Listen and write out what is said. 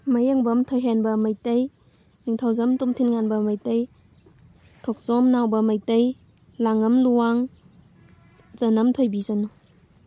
ꯃꯌꯦꯡꯕꯝ ꯊꯣꯏꯍꯦꯟꯕ ꯃꯩꯇꯩ ꯅꯤꯡꯊꯧꯖꯝ ꯇꯣꯝꯊꯤꯟꯉꯥꯟꯕ ꯃꯩꯇꯩ ꯊꯣꯛꯆꯣꯝ ꯅꯥꯎꯕ ꯃꯩꯇꯩ ꯂꯥꯡꯉꯝ ꯂꯨꯋꯥꯡ ꯆꯅꯝ ꯊꯣꯏꯕꯤ ꯆꯅꯨ